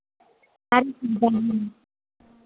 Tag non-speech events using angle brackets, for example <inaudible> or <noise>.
<unintelligible>